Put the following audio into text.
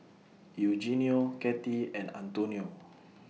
Eugenio Cathey and Antonio